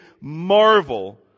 marvel